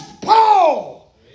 Paul